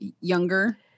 younger